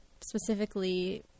specifically